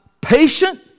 patient